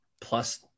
Plus